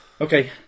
Okay